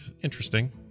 interesting